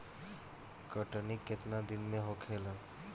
कटनी केतना दिन में होखेला?